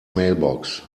mailbox